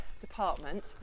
department